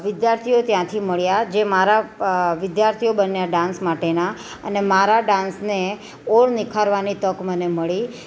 વિદ્યાર્થીઓ ત્યાંથી મળ્યા જે મારા વિદ્યાર્થીઓ બન્યા ડાન્સ માટેના અને મારા ડાન્સને ઔર નિખારવાની તક મને મળી